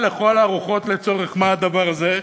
השאלה, לכל הרוחות, לצורך מה הדבר הזה,